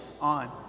on